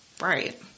Right